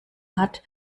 hat